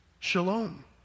Shalom